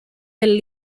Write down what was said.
del